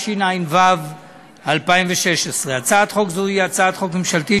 התשע"ו 2016. הצעת חוק זו היא הצעת חוק ממשלתית,